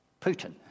Putin